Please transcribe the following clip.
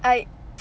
I